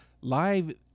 live